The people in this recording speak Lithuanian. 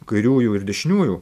kairiųjų ir dešiniųjų